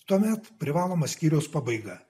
tuomet privaloma skyriaus pabaiga